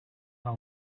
del